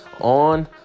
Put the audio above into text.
on